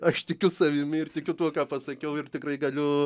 aš tikiu savimi ir tikiu tuo ką pasakiau ir tikrai galiu